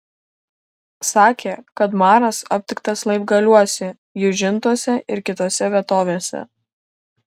sakė kad maras aptiktas laibgaliuose jūžintuose ir kitose vietovėse